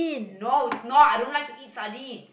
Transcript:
no not I don't like eat sardine